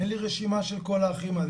'אין לי רשימה של כל האחים האלה,